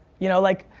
you know, like.